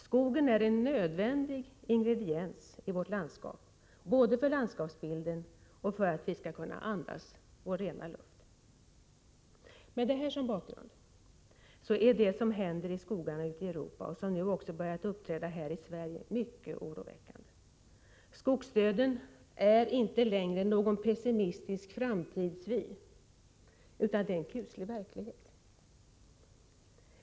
Skogen är en nödvändig ingrediens i vårt landskap både för landskapsbilden och för våra möjligheter att andas ren luft. Mot denna bakgrund är det som händer i skogarna ute i Europa ochsomnu Nr 24 också börjat uppträda här i Sverige mycket oroväckande. Skogsdöden är inte lä å; imistisk fi id: kusli klighet. Vik d. Fredagen den längre n gon pessimistis famt Avy utan en Us ig verklighet.